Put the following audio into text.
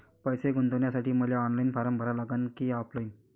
पैसे गुंतन्यासाठी मले ऑनलाईन फारम भरा लागन की ऑफलाईन?